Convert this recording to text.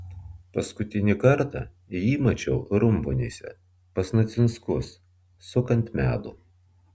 paskutinį kartą jį mačiau rumbonyse pas neciunskus sukant medų